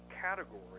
category